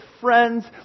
friends